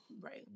right